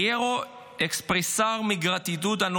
(אומר דברים בספרדית.)